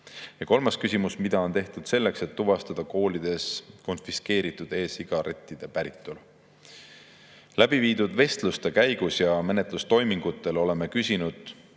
kohta. Kolmas küsimus: mida on tehtud selleks, et tuvastada koolides konfiskeeritud e‑sigarettide päritolu? Läbiviidud vestluste ja menetlustoimingute käigus oleme küsinud,